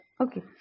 Okay